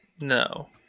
No